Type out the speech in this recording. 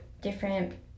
different